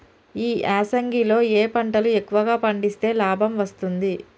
ఈ యాసంగి లో ఏ పంటలు ఎక్కువగా పండిస్తే లాభం వస్తుంది?